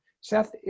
Seth